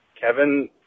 Kevin